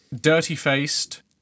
Dirty-faced